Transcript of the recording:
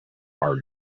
are